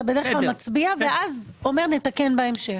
אתה בדרך כלל מצביע ואז אומר: נתקן בהמשך.